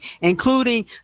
including